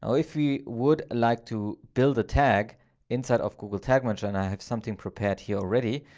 ah if you would like to build a tag inside of google tag manager, and i have something prepared here already,